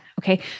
okay